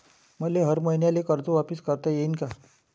मले हर मईन्याले कर्ज वापिस करता येईन का?